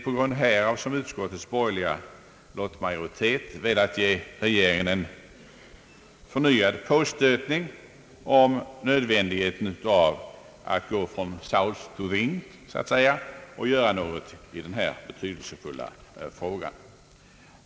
På grund härav har utskottets borgerliga lottmajoritet velat ge regeringen en förnyad påstötning om nödvändigheten av att så att säga gå from sounds to things och göra något i denna betydelsefulla fråga.